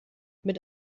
mit